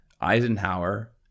Eisenhower